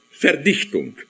verdichtung